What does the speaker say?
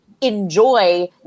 enjoy